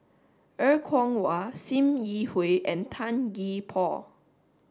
Er Kwong Wah Sim Yi Hui and Tan Gee Paw